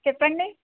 చెప్పండి